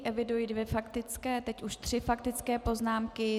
Eviduji dvě faktické, teď už tři faktické poznámky.